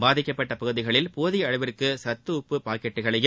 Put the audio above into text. பாதிக்கப்பட்ட பகுதிகளில் போதிய அளவிற்கு கத்து உப்பு பாக்கெட்டுகளையும்